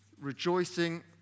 Rejoicing